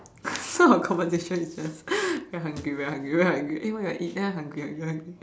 so our conversation is just very hungry very hungry very hungry eh what you want to eat then I hungry hungry hungry